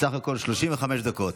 בסך הכול 35 דקות.